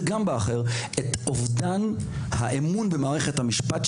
את אובדן האמון במערכת המשפט,